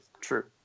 True